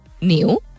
new